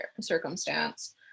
circumstance